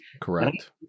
Correct